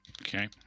okay